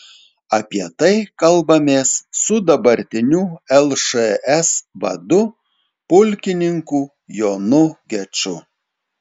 apie tai kalbamės su dabartiniu lšs vadu pulkininku jonu geču